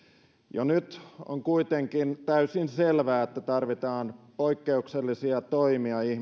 jo nyt on kuitenkin täysin selvää että tarvitaan poikkeuksellisia toimia